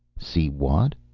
see watt?